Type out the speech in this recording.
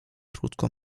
krótką